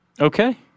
Okay